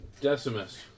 Decimus